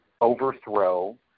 overthrow